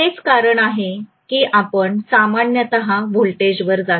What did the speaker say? हेच कारण आहे की आपण सामान्यत व्होल्टेज वर जातो